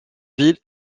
ville